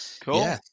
cool